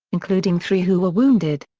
including three who were wounded.